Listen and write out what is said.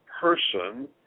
person